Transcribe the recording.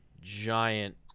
giant